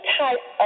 type